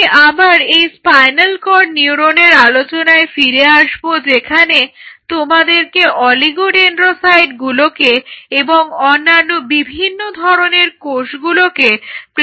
আমি আবার এই স্পাইনাল কর্ড নিউরনের আলোচনায় ফিরে আসবো যেখানে তোমাদেরকে অলিগোডেন্ড্রোসাইটগুলোকে এবং অন্যান্য বিভিন্ন ধরনের কোষগুলোকে পৃথকীকৃত করতে হবে